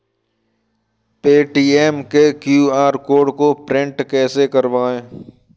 Paytm के QR code को print कैसे करवाएँ?